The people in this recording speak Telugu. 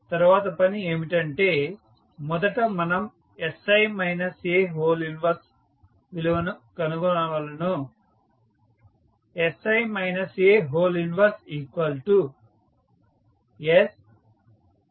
తరువాతి పని ఏమిటంటే మొదట మనం sI A 1 విలువను కనుగొంటాము